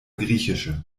griechische